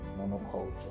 monoculture